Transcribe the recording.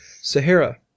Sahara